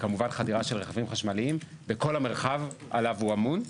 וכמובן חדירה של רכבים חשמליים בכל המרחב עליו הוא אמון.